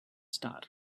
star